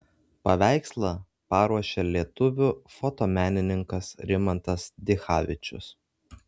paveikslą paruošė lietuvių fotomenininkas rimantas dichavičius